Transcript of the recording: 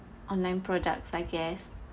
online products I guess